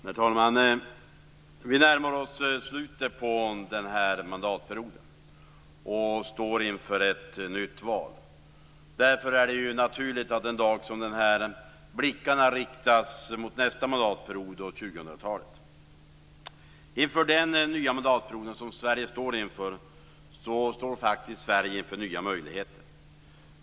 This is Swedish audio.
Herr talman! Vi närmar oss slutet på den här mandatperioden och står inför ett nytt val. Därför är det naturligt att en dag som denna blickarna riktas mot nästa mandatperiod och 2000-talet. Inför den nya mandatperioden står Sverige inför nya möjligheter.